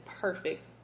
perfect